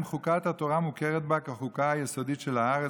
חוקת התורה מוכרת בה כחוקה היסודית של הארץ,